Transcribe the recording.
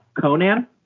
Conan